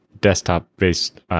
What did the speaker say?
desktop-based